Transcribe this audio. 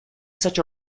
such